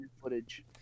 footage